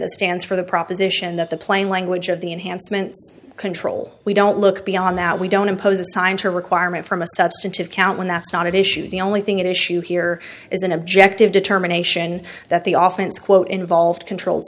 the stands for the proposition that the plain language of the enhancement control we don't look beyond that we don't impose a time to requirement from a substantive count when that's not at issue the only thing at issue here is an objective determination that the office quote involved controlled